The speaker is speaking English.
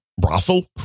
brothel